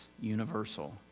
universal